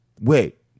Wait